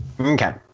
Okay